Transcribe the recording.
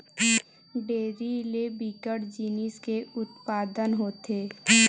dairy ले बिकट जिनिस के उत्पादन होथे